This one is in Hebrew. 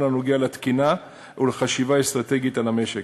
הנוגע לתקינה ולחשיבה אסטרטגית על המשק.